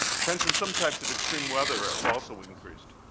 trends in some types of extreme weather have also increased.